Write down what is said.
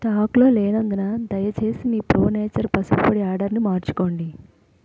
స్టాకులో లేనందున దయచేసి మీ ప్రో నేచర్ పసుపు పొడి ఆర్డర్ని మార్చుకోండి